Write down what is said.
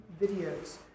videos